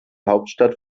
hauptstadt